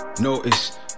Notice